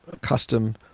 custom